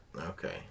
Okay